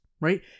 right